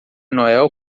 noel